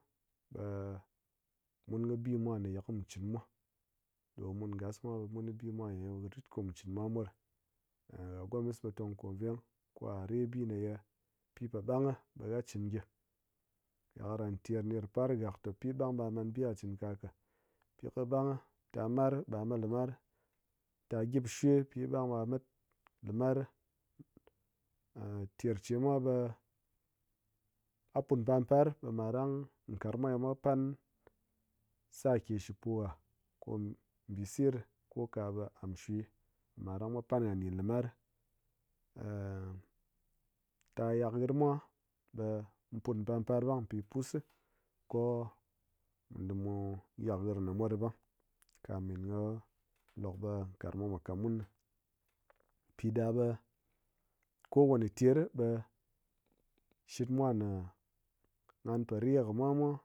mun kɨ bimwa ye mu chinmwa ɗo mun ngas mwa ɓe mun kɨ bimwa rit kɨ mu chinmwa mwa ɗi, ha gomis ɓe tong ko veng ka re bi me ye pipo ɓang gyi ɓe ha chin gyi, ha karan ter ner par ngak te pi ɓang ɓa ha man bi ha chin ka̱ ka, pi kɨ ɓang tar mar ɓe ha mat limar, tar gyip shwe pi kɨ ɓang gyi ɓa ha mat limar, er- ter chemwa ɓe ha put par par ɓe marrang karangmwa ya mwa pan sar ke shipo ha ko mbise ɗi ko kaɓe am shwe marɗang mwa pan ha ɗin limar. tar yak hirm mwa ɓe mu put mpar par ɓang pi pus si ko mu dim mu yak hirm ɗa mwa ɗi ɓang kamin ko lokɓe karangmwa mwa katmun, pi ɗa ɓe kowane ter ɓe shit mwa ne nghan po re kɨmwa mwa